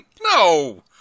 No